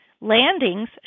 landings